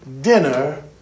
dinner